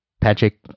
Patrick